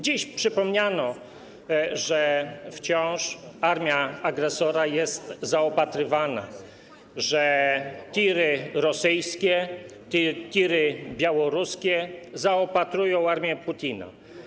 Dziś przypomniano, że armia agresora jest wciąż zaopatrywana, że tiry rosyjskie, tiry białoruskie zaopatrują armię Putina.